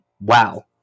Wow